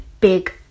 big